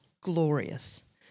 glorious